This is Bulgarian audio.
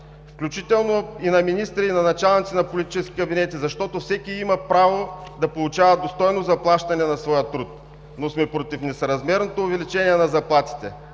включително и на министри, и на началници на политически кабинети, защото всеки има право да получава достойно заплащане на своя труд. Но сме против несъразмерното увеличение на заплатите